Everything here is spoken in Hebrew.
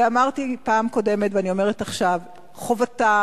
אמרתי בפעם הקודמת ואני אומרת עכשיו: חובתם